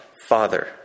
Father